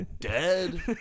dead